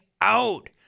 out